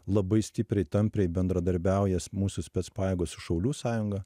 labai stipriai tampriai bendradarbiaujas mūsų spec pajėgos šaulių sąjunga